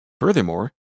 Furthermore